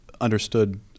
understood